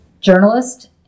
journalist